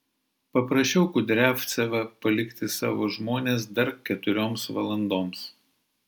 paprašiau kudriavcevą palikti savo žmones dar keturioms valandoms